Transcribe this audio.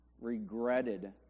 regretted